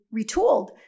retooled